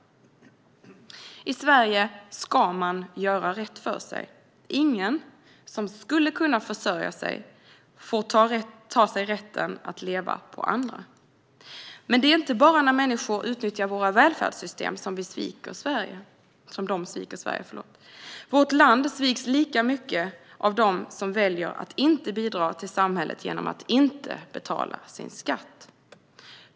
I Sverige ska man göra rätt för sig. Ingen som skulle kunna försörja sig får ta sig rätten att leva på andra. Men det är inte bara när människor utnyttjar våra välfärdssystem som de sviker Sverige. Vårt land sviks lika mycket av dem som väljer att inte bidra till samhället genom att inte betala sin skatt.